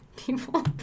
people